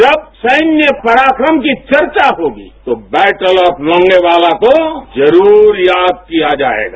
जब सैन्य पराक्रम की चर्चा होगी तो बैटल ऑफ लोगेवाला को जरूर याद किया जाएगा